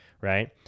right